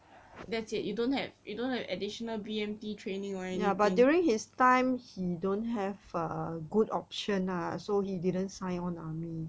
that's it you don't have you don't have additional B_M_T training or anything